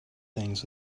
things